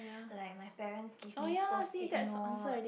like my parents give me post it notes